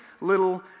little